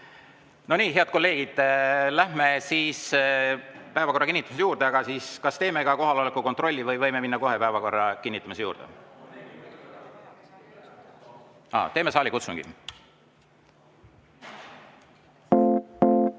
nii, head kolleegid, läheme päevakorra kinnitamise juurde. Aga kas teeme ka kohaloleku kontrolli või võime minna kohe päevakorra kinnitamise juurde? (Hääled saalis.)